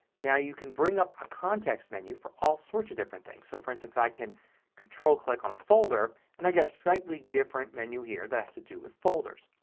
now you can bring up a context menu for all sorts of different things. so, for instance, i can control click on a folder and i get a slightly different menu here that has to do with folders.